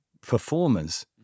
performers